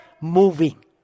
moving